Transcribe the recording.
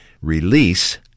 Release